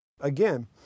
Again